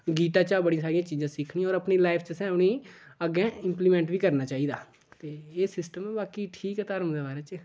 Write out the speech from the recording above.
गीता चा बड़िया सारियां चीज़ां सिक्खनियां होर अपनी लाईफ च असें इ'नेंगी अग्गें इम्पलीमेंट बी करना चाहिदा एह् सिस्टम बाकी ठीक ऐ धर्म दे बारे च